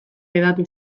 hedatu